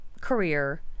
career